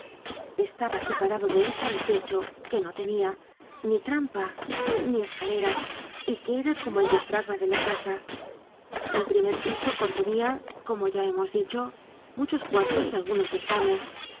estaba separado de él por el techo que no tenia ni trampa ni escalera y que era como el diafragma de la casa el primer piso contenia como ya hemos dicho muchos cuartos y algunos desvanes